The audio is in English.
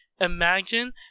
Imagine